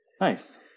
nice